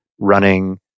running